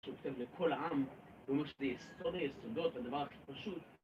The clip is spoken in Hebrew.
שהוא כותב לכל העם, ואומר שזה היסטוריה, יסודות, הדבר הכי פשוט.